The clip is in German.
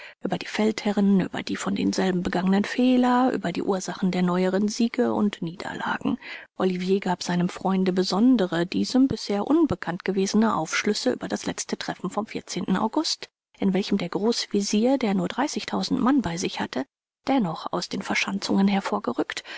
über die feldherren über die von denselben begangenen fehler über die ursachen der neueren siege und niederlagen olivier gab seinem freunde besondere diesem bisher unbekannt gewesene aufschlüsse über das letzte treffen vom august in welchem der großvezier der nur dreißigtausend mann bei sich hatte dennoch aus den verschanzungen hervorrückte